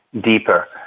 deeper